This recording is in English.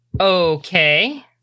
Okay